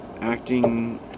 acting